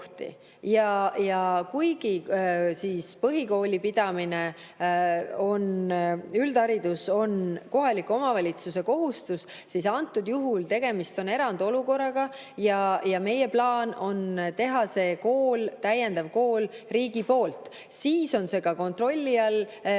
Kuigi põhikooli pidamine, üldharidus, on kohaliku omavalitsuse kohustus, siis antud juhul on tegemist erandolukorraga ja meie plaan on teha see täiendav kool riigi poolt. Siis on ka kontrolli all, et